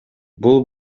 бул